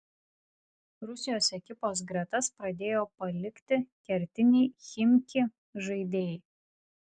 rusijos ekipos gretas pradėjo palikti kertiniai chimki žaidėjai